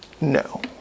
no